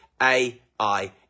AI